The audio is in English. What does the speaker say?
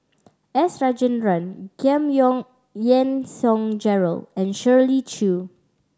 S Rajendran Giam Yean Song Gerald and Shirley Chew